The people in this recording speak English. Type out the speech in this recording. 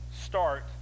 start